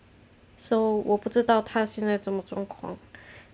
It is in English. so 我不知道她现在什么状况